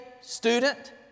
student